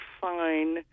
Fine